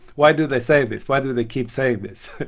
why do they say this? why do they keep saying this?